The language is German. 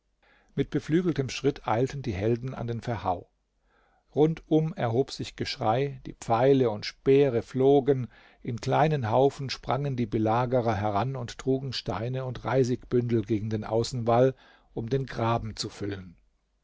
mit beflügeltem schritt eilten die helden an den verhau rundum erhob sich geschrei die pfeile und speere flogen in kleinen haufen sprangen die belagerer heran und trugen steine und reisigbündel gegen den außenwall um den graben zu füllen